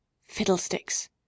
fiddlesticks